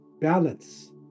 balance